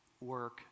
work